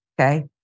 okay